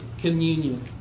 communion